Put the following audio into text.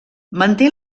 manté